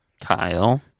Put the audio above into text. Kyle